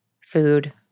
Food